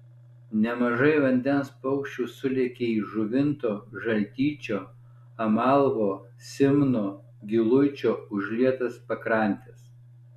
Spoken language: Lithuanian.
nemažai vandens paukščių sulėkė į žuvinto žaltyčio amalvo simno giluičio užlietas pakrantes